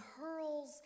hurls